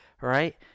Right